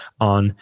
on